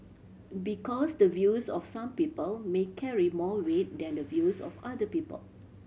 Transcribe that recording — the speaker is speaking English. because the views of some people may carry more weight than the views of other people